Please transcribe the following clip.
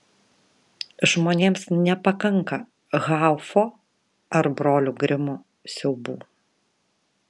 žmonėms nepakanka haufo ar brolių grimų siaubų